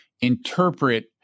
interpret